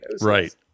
Right